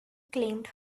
claimed